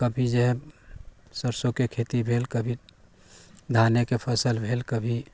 अब कभी जे सरसोके खेती भेल कभी धानेके फसल भेल कभी